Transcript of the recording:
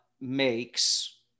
makes